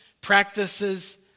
practices